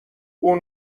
اون